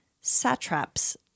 satraps